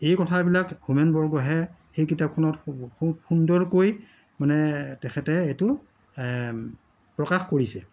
এই কথাবিলাক হোমেন বৰগোহাঁইয়ে এই কিতাপখনত খুব সুন্দৰকৈ মানে তেখেতে এইটো প্ৰকাশ কৰিছে